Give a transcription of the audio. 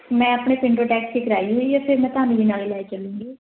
ਮੈਂ ਆਪਣੇ ਪਿੰਡੋ ਟੈਕਸੀ ਕਰਾਈ ਹੋਈ ਹੈ ਅਤੇ ਮੈਂ ਤੁਹਾਨੂੰ ਵੀ ਨਾਲੇ ਲੈ ਚੱਲੂਂਗੀ